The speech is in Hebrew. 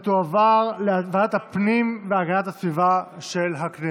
והיא תועבר לוועדת הפנים והגנת הסביבה של הכנסת.